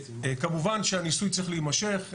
כמובן שהניסוי צריך להמשך,